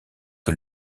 que